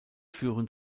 führen